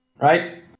Right